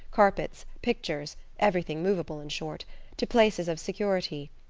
carpets, pictures everything movable, in short to places of security.